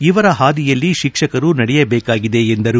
ಇವರ ಹಾದಿಯಲ್ಲಿ ಶಿಕ್ಷಕರು ನಡೆಯಬೇಕಾಗಿದೆ ಎಂದರು